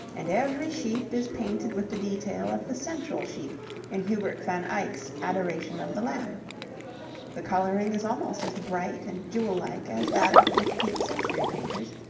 and every sheep is painted with the detail of the central sheep in hubert van eyck's adoration of the lamb the colouring is almost as bright and jewel-like as that of the fifteenth-century painters,